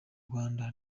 rwanda